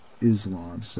Islam